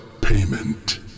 payment